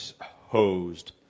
Hosed